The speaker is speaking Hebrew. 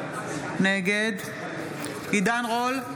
נגד עידן רול,